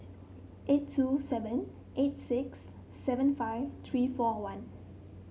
eight two seven eight six seven five three four one